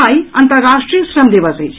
आई अंतर्राष्ट्रीय श्रम दिवस अछि